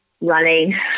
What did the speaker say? running